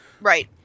right